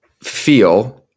feel